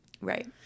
right